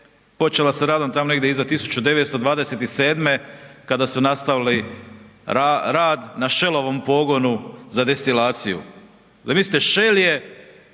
počela s radom tamo negdje iza 1927. kada su nastali rad na Shellovom pogonu za destilaciju. Zamislite, Shell je